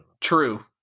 true